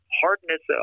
hardness